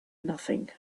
nothing